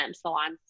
salons